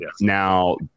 Now